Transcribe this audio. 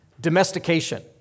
domestication